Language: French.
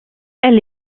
elle